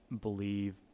believe